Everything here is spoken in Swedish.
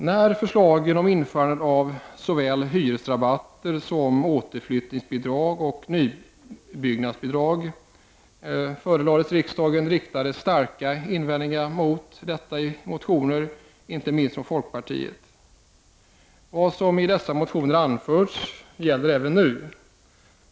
När förslag om införande av såväl hyresrabatterna som återflyttningsbidragen och nybyggnadsbidragen förelades riksdagen riktades starka invändningar mot detta i motioner, inte minst från folkpartiet. Vad som i dessa motioner anförts gäller även nu.